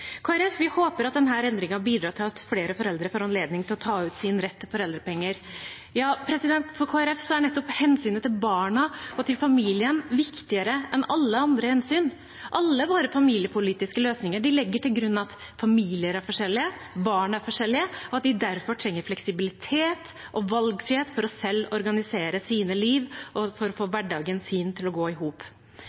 Vi i Kristelig Folkeparti håper at denne endringen vil bidra til at flere foreldre får anledning til å bruke sin rett til å ta ut foreldrepenger. Ja, for Kristelig Folkeparti er nettopp hensynet til barna og til familien viktigere enn alle andre hensyn. Alle våre familiepolitiske løsninger legger til grunn at familier er forskjellige, at barn er forskjellige, og at de derfor trenger fleksibilitet og valgfrihet for selv å organisere sitt liv og få sin hverdag til å gå i hop.